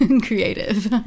creative